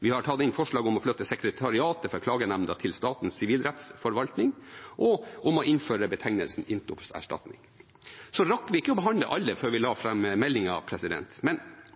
Vi har også tatt inn forslag om å flytte sekretariatet for klagenemnda til Statens sivilrettsforvaltning, og om å innføre betegnelsen intopserstatning. Vi rakk ikke å behandle alle før vi la fram meldingen. Men